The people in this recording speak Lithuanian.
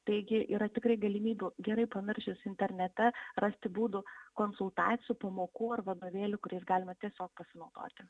taigi yra tikrai galimybių gerai panaršius internete rasti būdų konsultacijų pamokų ar vadovėlių kuriais galima tiesiog pasinaudoti